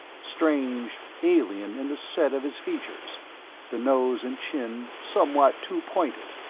strange, alien in the set of his features the nose and chin somewhat too pointed,